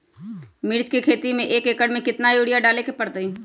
मिर्च के खेती में एक एकर में कितना यूरिया डाले के परतई?